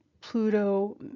Pluto